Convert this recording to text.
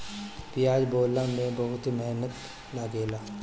पियाज बोअला में बहुते मेहनत लागेला